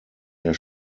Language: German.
der